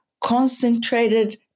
concentrated